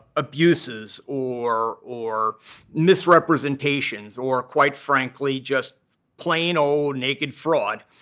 abuses, or or misrepresentations, or quite frankly, just plain old naked fraud